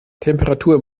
temperatur